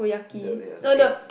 the they have the egg